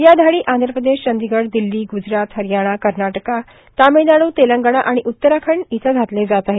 या धाडी आंध्र प्रदेश चंदीगढ दिल्ली गुजरात हरयाणा कर्नाटका तामिळनाडू तेलंगणा आणि उत्तराखंड इथं घातल्या जात आहेत